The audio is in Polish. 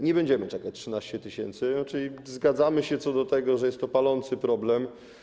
Nie będziemy czekać 13 miesięcy, czyli zgadzamy się co do tego, że jest to palący problem.